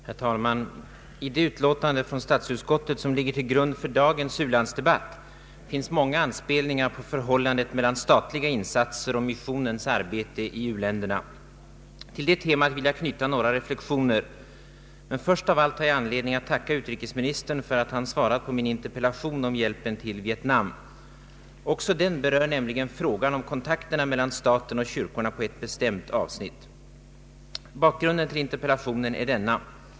Herr talman! I det utlåtande från statsutskottet som ligger till grund för dagens u-landsdebatt finns många anspelningar på förhållandet mellan statliga insatser och missionens arbete i u-länderna. Till det temat vill jag knyta några reflexioner. Men först av allt har jag anledning att tacka utrikesministern för att han svarat på min interpellationen om hjälpen till Vietnam. Också den berör nämligen frågan om kontakterna mellan staten och kyrkorna på ett bestämt avsnitt. Bakgrunden till interpellationen är denna.